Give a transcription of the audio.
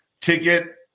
ticket